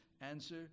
answer